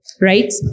right